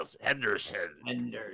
Henderson